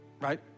right